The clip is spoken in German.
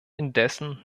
indessen